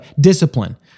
discipline